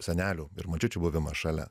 senelių ir močiučių buvimas šalia